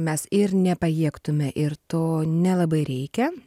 mes ir nepajėgtume ir to nelabai reikia